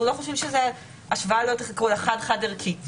אנחנו לא חושבים שזאת השוואה חד חד-ערכית.